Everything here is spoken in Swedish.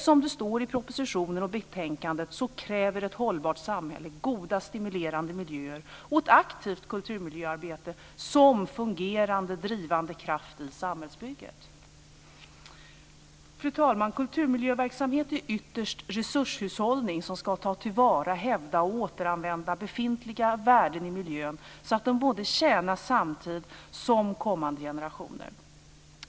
Som det står i propositionen och betänkandet kräver ett hållbart samhälle goda stimulerande miljöer och ett aktivt kulturmiljöarbete som fungerande, drivande kraft i samhällsbygget. Fru talman! Kulturmiljöverksamhet är ytterst resurshushållning som ska ta till vara, hävda och återanvända befintliga värden i miljön så att de tjänar både samtid som kommande generationer.